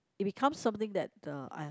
it become something that uh I have